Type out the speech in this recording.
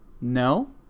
No